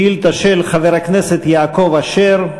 שאילתה של חבר הכנסת יעקב אשר.